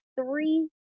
three